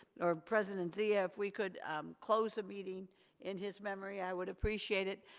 or president zia if we could close the meeting in his memory i would appreciate it.